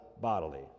bodily